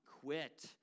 quit